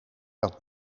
dat